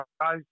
guys